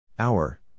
Hour